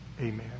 Amen